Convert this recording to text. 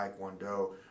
taekwondo